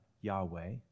Yahweh